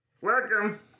Welcome